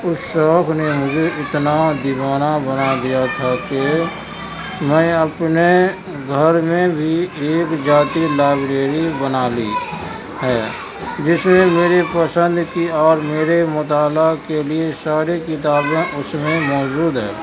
اس شوق نے مجھے اتنا دیوانہ بنا دیا تھا کہ میں اپنے گھر میں بھی ایک ذاتی لائبریری بنا لی ہے جس میں میری پسند کی اور میرے مطالعہ کے لیے ساری کتابیں اس میں موجود ہے